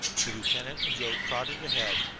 the lieutenant and joe trotted ahead,